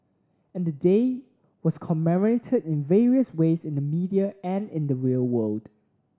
and the day was commemorated in various ways in the media and in the real world